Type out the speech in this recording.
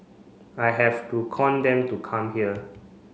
I have to con them to come here